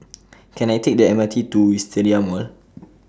Can I Take The M R T to Wisteria Mall